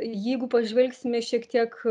jeigu pažvelgsime šiek tiek